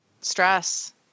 Stress